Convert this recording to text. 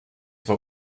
war